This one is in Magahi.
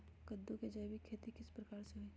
कददु के जैविक खेती किस प्रकार से होई?